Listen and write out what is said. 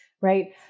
right